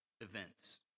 events